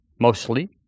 mostly